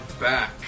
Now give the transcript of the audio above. back